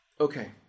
Okay